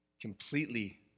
completely